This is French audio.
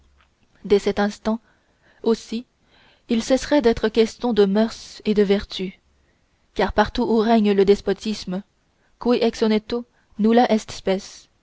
dès cet instant aussi il cesserait d'être question de mœurs et de vertu car partout où règne le despotisme cui ex